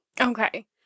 Okay